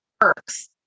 works